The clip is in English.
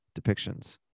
depictions